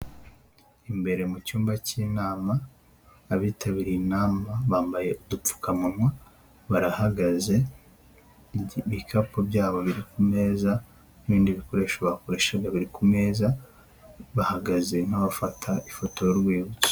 Imbere mu cy'umba cy'inama abitabiriye inama bambaye udupfukamunwa barahagaze, ibikapu byabo biri ku meza n'ibindi bikoresho bakoreshaga biri ku meza, bahagaze nka bafata ifoto y'urwibutso.